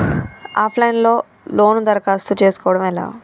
Of line లో loan దరఖాస్తు చేసుకోవడం ఎలా?